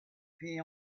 trees